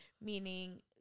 meaning